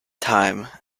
time